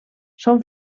són